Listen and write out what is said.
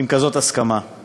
עם הסכמה כזאת.